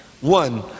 one